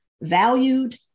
valued